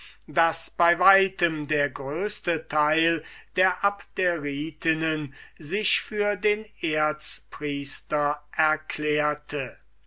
daß bei weitem der größte teil der abderitinnen sich für den erzpriester erklärte